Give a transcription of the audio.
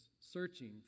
searching